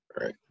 Right